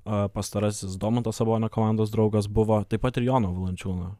a pastarasis domanto sabonio komandos draugas buvo taip pat ir jono valančiūno